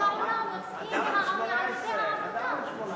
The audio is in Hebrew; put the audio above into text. ברוב העולם יוצאים מהעוני על-ידי העבודה.